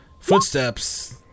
footsteps